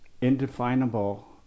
indefinable